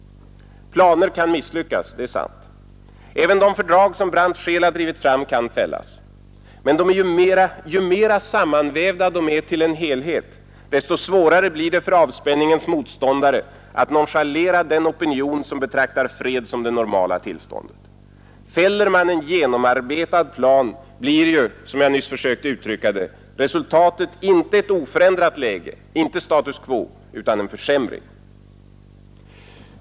Planer kan misslyckas, det är sant. Även de fördrag som Brandt-Scheel drivit fram kan fällas. Men ju mera sammanvävda de är till en helhet desto svårare blir det för avspänningens motståndare att nonchalera den opinion som betraktar fred som det normala tillståndet. Fäller man en genomarbetad plan blir ju, som jag nyss försökte uttrycka det, resultatet inte ett oförändrat läge, inte status quo, utan en försämring.